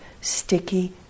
sticky